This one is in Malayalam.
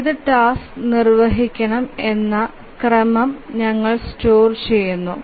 ഏത് ടാസ്ക് നിർവ്വഹിക്കണം എന്ന ക്രമം ഞങ്ങൾ സ്റ്റോർ ചെയുന്നു